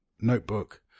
notebook